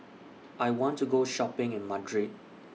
I want to Go Shopping in Madrid